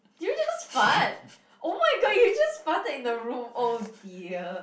did you just fart oh-my-god you just farted in the room oh dear